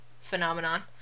phenomenon